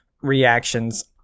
reactions